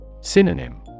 Synonym